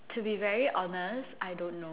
to be very honest I don't know